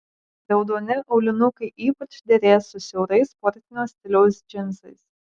raudoni aulinukai ypač derės su siaurais sportinio stiliaus džinsais